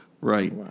Right